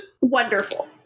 Wonderful